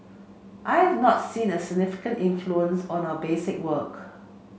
I have not seen a significant influence on our basic work